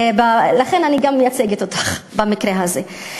לכן אני גם מייצגת אותך במקרה הזה.